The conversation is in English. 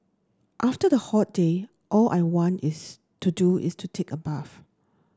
after a hot day all I want is to do is take a bath